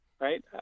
Right